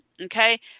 okay